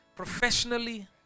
professionally